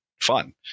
fun